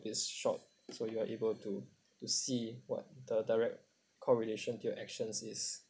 is short so you are able to to see what the direct correlation to your actions is